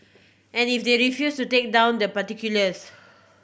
and if they refuse to take down the particulars